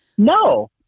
No